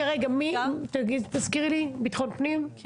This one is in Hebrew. לא,